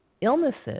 illnesses